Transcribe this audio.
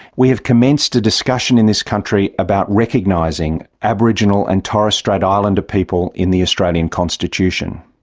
we have commenced a discussion in this country about recognising aboriginal and torres strait islander people in the australian constitution.